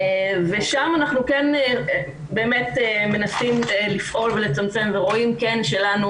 ושם אנחנו כן באמת מנסים לפעול ולצמצם ורואים כן שלנו